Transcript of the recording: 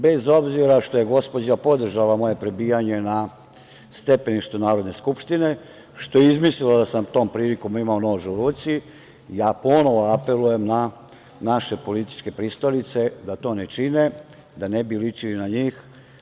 Bez obzira što je gospođa podržala moje prebijanje na stepeništu Narodne skupštine, što je izmislila da sam tom prilikom imao nož u ruci, ja ponovo apelujem na naše političke pristalice da to ne čine, da ne bi ličili na njih.